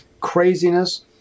craziness